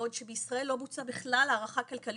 בעוד שבישראל לא בוצעה בכלל הערכה כלכלית,